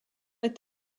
est